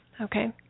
okay